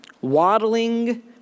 waddling